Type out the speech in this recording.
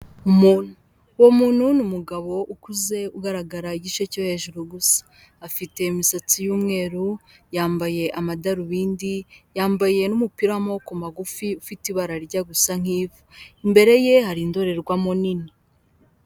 Uwo muntu numugabo ukuze ugaragara igice cyo hejuru gusa. Afite imisatsi y'umweru yambaye amadarubindi yambaye n'umupira w'amaboko magufi ufite ibara rya gusa nk'ivu. Imbere ye hari indorerwamo nini.